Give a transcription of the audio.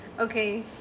okay